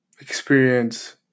experience